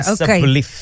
Okay